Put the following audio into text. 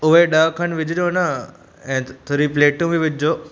उहे ॾह खनि विझिजो न ऐं थोरी प्लेटूं बि विझिजो